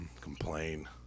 complain